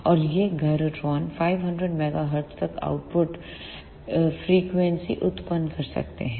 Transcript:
और ये gyrotron 500 MHz तक आउटपुट फ्रीक्वेंसी उत्पन्न कर सकते हैं